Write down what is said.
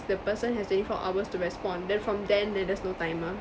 the person has twenty four hours to respond then from then there's just no timer